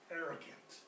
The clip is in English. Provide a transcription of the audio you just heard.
arrogant